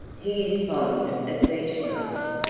he is fond of beechnuts.